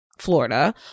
florida